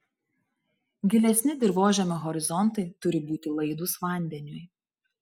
gilesni dirvožemio horizontai turi būti laidūs vandeniui